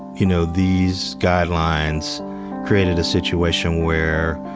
you know, these guidelines created a situation where